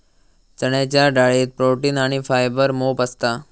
चण्याच्या डाळीत प्रोटीन आणी फायबर मोप असता